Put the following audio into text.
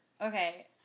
Okay